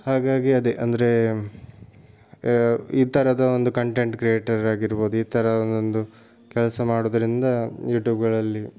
ಹಾಗಾಗಿ ಅದೇ ಅಂದರೆ ಈ ಥರದ ಒಂದು ಕಂಟೆಂಟ್ ಕ್ರಿಯೇಟರ್ ಆಗಿರ್ಬೋದು ಈ ಥರದ ಒಂದು ಕೆಲಸ ಮಾಡುದ್ರಿಂದ ಯೂಟ್ಯೂಬ್ಗಳಲ್ಲಿ